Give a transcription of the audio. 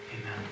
amen